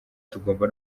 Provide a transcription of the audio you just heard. tugomba